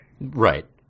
Right